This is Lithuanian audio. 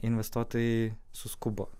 investuotojai suskubo